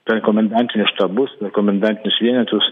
per komendantinius štabus per komendantinius vienetus